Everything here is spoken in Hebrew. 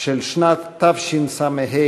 של שנת תשס"ה,